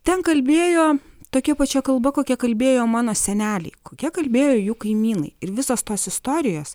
ten kalbėjo tokia pačia kalba kokia kalbėjo mano seneliai kokia kalbėjo jų kaimynai ir visos tos istorijos